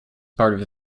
part